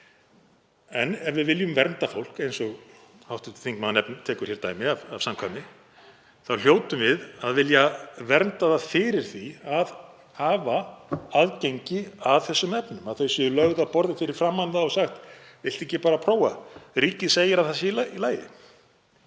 En ef við viljum vernda fólk, eins og hv. þingmaður tekur hér dæmi af, í samkvæmi, þá hljótum við að vilja vernda það fyrir því að hafa aðgengi að þessum efnum, að þau séu lögð á borðið fyrir framan það og sagt: Viltu ekki bara að prófa? Ríkið segir að það sé í lagi.